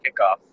kickoff